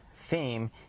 theme